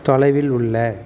தொலைவில் உள்ள